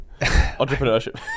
entrepreneurship